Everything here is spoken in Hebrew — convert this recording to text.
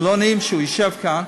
וזה לא נעים כשהוא יושב כאן,